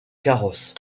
carrosse